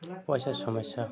পয়সার সমস্যা